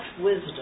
wisdom